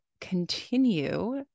continue